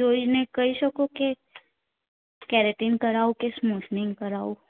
જોઈને કહી શકો કે કેરેટીન કરાવવું કે સ્મૂથનિંગ કરાવવું